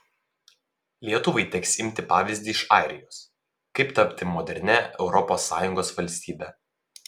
lietuvai teks imti pavyzdį iš airijos kaip tapti modernia europos sąjungos valstybe